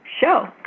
show